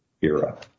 era